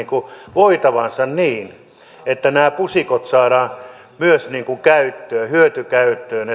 voitavansa niin että nämä pusikot saadaan myös hyötykäyttöön